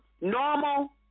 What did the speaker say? normal